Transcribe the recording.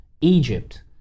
Egypt